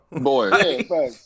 Boy